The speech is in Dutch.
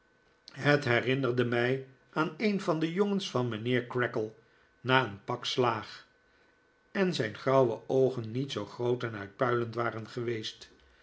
het herinnerde mij aan een van de jongens van mijnheer creakle na een pak slaag en zijn grauwe oogen niet zoo groot en uitpuilend waren geweest